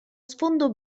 sfondo